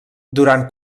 durant